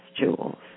jewels